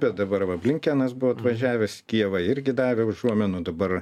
bet dabar va blinkenas buvo atvažiavęs į kijevą irgi davė užuominų dabar